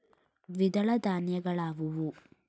ದ್ವಿದಳ ಧಾನ್ಯಗಳಾವುವು?